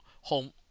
home